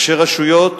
שראשי רשויות